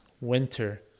winter